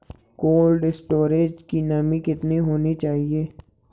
Cold storage की नमी कितनी होनी चाहिए?